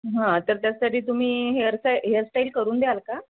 हां तर त्यासाठी तुम्ही हेअरस्टाय हेअरस्टाईल करून द्याल का